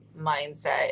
mindset